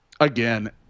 again